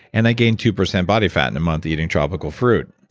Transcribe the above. and i gained two percent body fat in a month eating tropical fruit,